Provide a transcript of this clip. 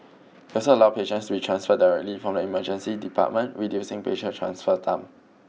it also allows patients to be transferred directly from the Emergency Department reducing patient transfer time